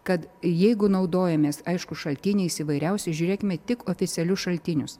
kad jeigu naudojamės aišku šaltiniais įvairiausių žiūrėkime tik oficialius šaltinius